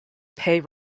pay